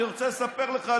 אני רוצה לספר לך,